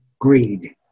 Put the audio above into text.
greed